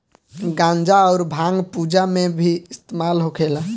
गांजा अउर भांग पूजा पाठ मे भी इस्तेमाल होखेला